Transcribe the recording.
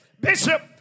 Bishop